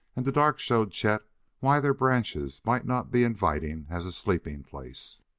and the dark showed chet why their branches might not be inviting as a sleeping place.